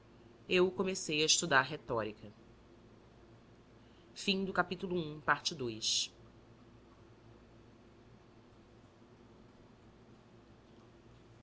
eu comecei a estudar retórica um